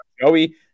Joey